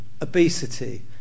obesity